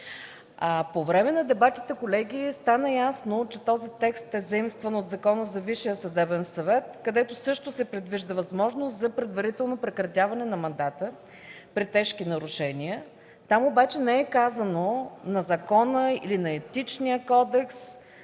по време на дебата стана ясно, че текстът е заимстван от Закона за Висшия съдебен съвет, където също се предвижда възможност за предварително прекратяване на мандата при тежки нарушения. Там обаче не е казано: „на закона или на Етичния кодекс”,